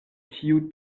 tiu